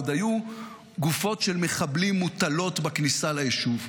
עוד היו גופות של מחבלים מוטלות בכניסה ליישוב.